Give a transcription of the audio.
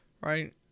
Right